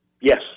Yes